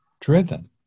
driven